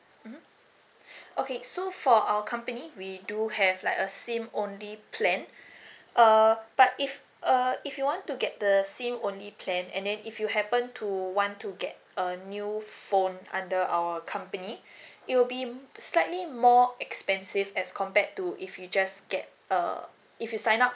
mmhmm okay so for our company we do have like a SIM only plan uh but if uh if you want to get the SIM only plan and then if you happen to want to get a new phone under our company it will be m~ slightly more expensive as compared to if you just get uh if you sign up